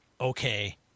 okay